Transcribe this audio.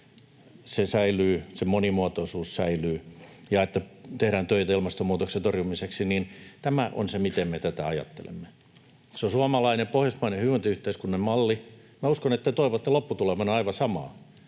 sen monimuotoisuus säilyy ja että tehdään töitä ilmastonmuutoksen torjumiseksi. Tämä on se, miten me tätä ajattelemme. Se on suomalainen, pohjoismainen hyvinvointiyhteiskunnan malli, ja uskon, että te toivotte lopputulemana aivan samaa,